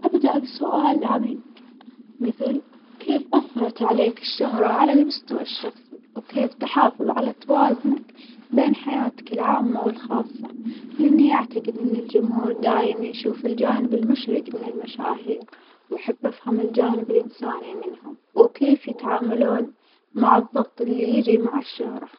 أبدأ بسؤال عميج مثل كيف أثرت عليك الشهرة على المستوى الشخصي وكيف تحافظ على توازنك بين حياتك العامة والخاصة، لأني أعتجد إن الجمهور دايم يشوف الجانب المشرج من المشاهير وأحب أفهم الجانب الإنساني منهم، وكيف يتعاملون مع الظغط اللي يجي مع الشهرة.